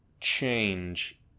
change